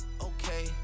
okay